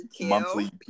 monthly